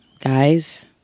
Guys